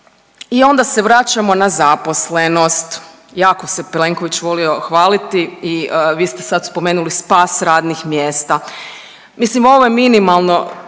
I onda se vraćamo na zaposlenost, jako se Plenković volio hvaliti i vi ste sad spomenuli spas radnih mjesta. Mislim ovo je minimalno